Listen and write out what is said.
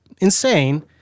insane